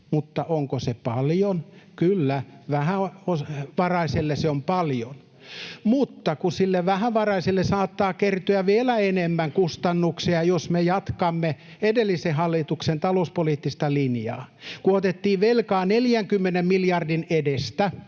mutta onko se paljon? Kyllä, vähävaraiselle se on paljon. Mutta sille vähävaraiselle saattaa kertyä vielä enemmän kustannuksia, jos me jatkamme edellisen hallituksen talouspoliittista linjaa. Kun otettiin velkaa 40 miljardin edestä,